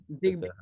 big